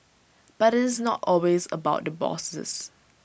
but IT is not always about the bosses